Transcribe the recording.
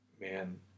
Man